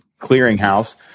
clearinghouse